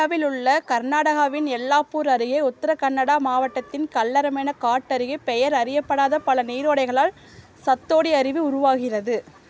இந்தியாவில் உள்ள கர்நாடகாவின் எல்லாப்பூர் அருகே உத்தர கன்னடா மாவட்டத்தின் கல்லரமனெ காட் அருகே பெயர் அறியப்படாத பல நீரோடைகளால் சத்தோடி அருவி உருவாகிறது